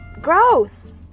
gross